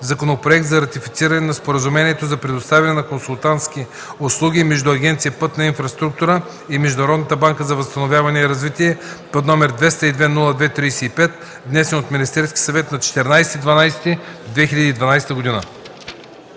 законопроекта за ратифициране на Споразумението за предоставяне на консултантски услуги между Агенция „Пътна инфраструктура” и Международната банка за възстановяване и развитие, № 202-02-35, внесен от Министерския съвет на 14 декември